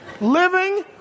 Living